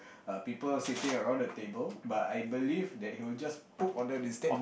uh people sitting around the table but I believe that he will just poop on them instead